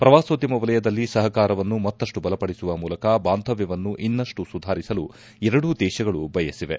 ಪ್ರವಾಸೋದ್ದಮ ವಲಯದಲ್ಲಿ ಸಹಕಾರವನ್ನು ಮತ್ತಪ್ಪು ಬಲಪಡಿಸುವ ಮೂಲಕ ಬಾಂಧವ್ವವನ್ನು ಇನ್ನಪ್ಪು ಸುಧಾರಿಸಲು ಎರಡೂ ದೇಶಗಳು ಬಯಸಿವೆ